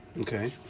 Okay